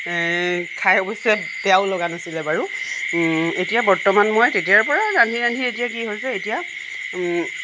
খাই অৱশ্যে বেয়াও লগা নাছিলে বাৰু এতিয়া বৰ্তমান মই তেতিয়াৰ পৰা ৰান্ধি ৰান্ধি এতিয়া কি হৈছে এতিয়া